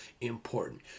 important